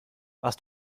warst